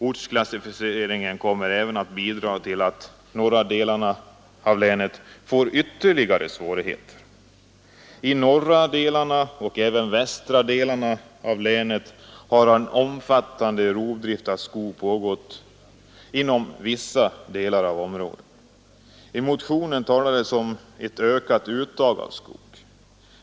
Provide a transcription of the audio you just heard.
Ortsklassificeringen kommer att bidra till att de norra delarna av länet får ytterligare svårigheter. I norra och även i västra delarna av länet har en omfattande rovdrift av skog pågått inom vissa områden. I den socialdemokratiska motionen talas det om ett ökat uttag av skog.